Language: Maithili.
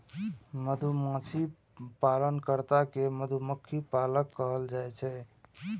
मधुमाछी पालन कर्ता कें मधुमक्खी पालक कहल जाइ छै